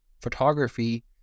photography